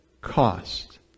cost